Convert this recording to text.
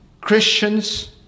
Christians